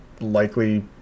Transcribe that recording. likely